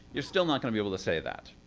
you're still not gonna be able to say that.